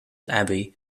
abbey